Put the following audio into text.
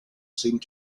seemed